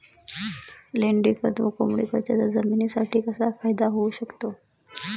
लेंडीखत व कोंबडीखत याचा जमिनीसाठी कसा फायदा होऊ शकतो?